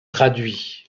traduits